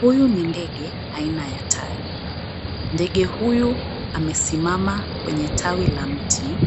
Huyu ni ndege aina ya tai. Ndege huyu amesimama kwenye tawi la mti